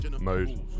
mode